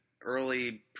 early